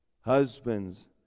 Husbands